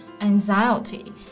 Anxiety